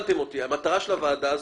המטרה של הוועדה הזאת,